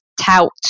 tout